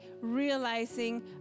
realizing